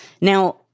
Now